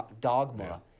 dogma